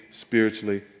spiritually